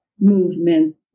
movement